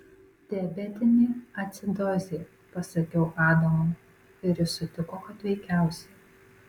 diabetinė acidozė pasakiau adamui ir jis sutiko kad veikiausiai